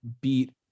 beat